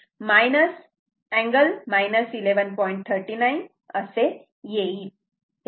हे capacitive current चे magnitude आहे